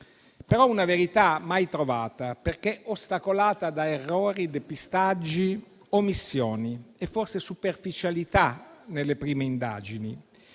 di una verità mai trovata, perché ostacolata da errori, depistaggi, omissioni e forse superficialità nelle prime indagini.